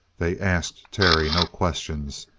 they asked terry no questions,